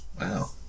Wow